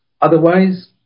Otherwise